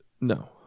No